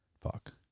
Fuck